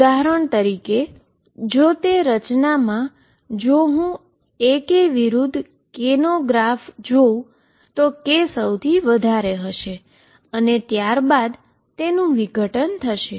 ઉદાહરણ તરીકે જો તે રચનાનું હોઈ શકે જો હું A K વિરુધ્ધ K નાં ગ્રાફ પર જાઉ તો K સૌથી વધારે હશે અને ત્યારબાદ તેનું ડીકે થશે